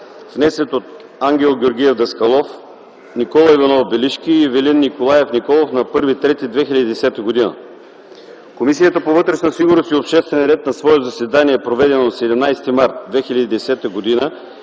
внесен от Ангел Георгиев Даскалов, Никола Иванов Белишки и Ивелин Николаев Николов на 11.03.2010 г. Комисията по вътрешна сигурност и обществен ред на свое заседание, проведено на 17 март 2010 г.,